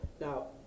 Now